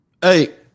Hey